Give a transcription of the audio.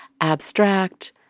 abstract